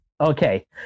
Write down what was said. Okay